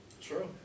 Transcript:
True